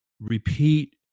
repeat